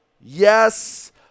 Yes